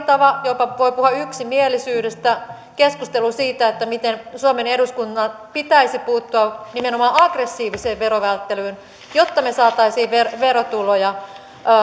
hyvä rakentava jopa voi puhua yksimielisyydestä keskustelu siitä miten suomen eduskunnan pitäisi puuttua nimenomaan aggressiiviseen verovälttelyyn jotta me saisimme verotuloja